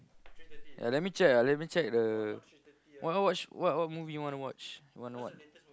yeah let me check ah let me check the what what watch what what movie you want to watch you want to watch